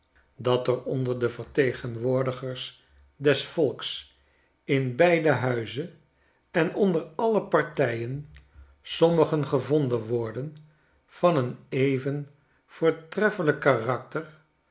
dat er onder de vertegenwoordigers des volks in beide huizen en onder alle partijen sommigen gevonden worden van een even voortreffelijk karakter